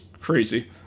crazy